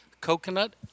coconut